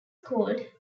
called